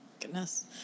goodness